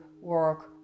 work